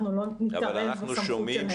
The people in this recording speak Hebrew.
שאנחנו לא נתערב בסמכות שלהם.